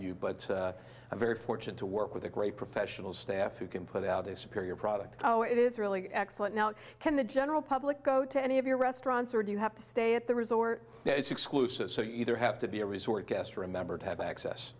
you but i'm very fortunate to work with a great professional staff who can put out a superior product oh it is really excellent now can the general public go to any of your restaurants or do you have to stay at the resort it's exclusive so you either have to be a resort guest remember to have access